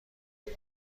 بود